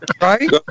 Right